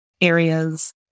areas